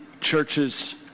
churches